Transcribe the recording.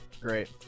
Great